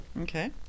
Okay